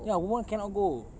ya woman cannot go